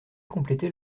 compléter